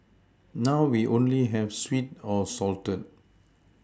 now we only have sweet or salted